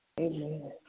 Amen